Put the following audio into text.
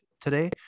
today